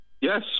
Yes